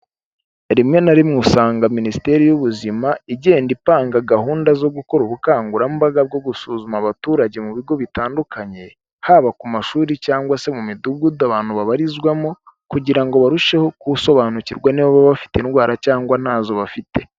Rimwe na rimwe usanga Minisiteri y'ubuzima, igenda itanga gahunda zo gukora ubukangurambaga bwo gusuzuma abaturage mu bigo bitandukanye, haba ku mashuri cyangwa se mu midugudu abantu babarizwamo kugira ngo barusheho gusobanukirwa niba baba bafite indwara cyangwa ntazo bafite.